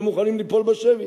לא מוכנים ליפול בשבי.